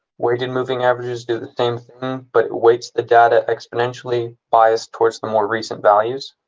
weighted moving averages do the same but weights the data exponentially biased towards the more recent values.